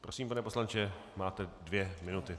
Prosím, pane poslanče, máte dvě minuty.